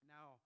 Now